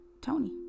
Tony